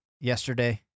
yesterday